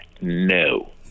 No